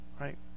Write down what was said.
right